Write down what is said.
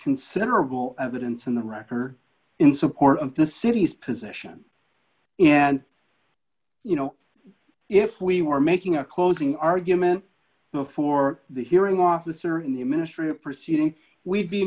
considerable evidence in the record in support of the city's position and you know if we were making a closing argument before the hearing officer in the ministry proceeding we'd be